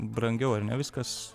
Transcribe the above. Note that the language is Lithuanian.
brangiau ar ne viskas